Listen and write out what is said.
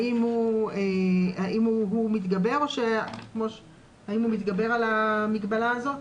האם הוא מתגבר על המגבלה הזאת?